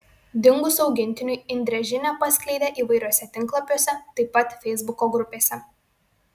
dingus augintiniui indrė žinią paskleidė įvairiuose tinklapiuose taip pat feisbuko grupėse